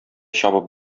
чабып